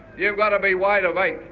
you've got to be wide awake,